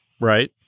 Right